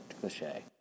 cliche